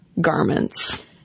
garments